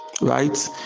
right